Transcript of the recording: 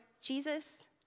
Jesus